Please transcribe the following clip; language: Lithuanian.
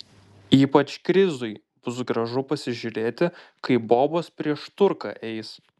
ypač krizui bus gražu pasižiūrėti kaip bobos prieš turką eis